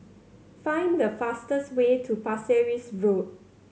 find the fastest way to Pasir Ris Road